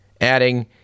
Adding